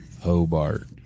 Hobart